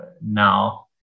now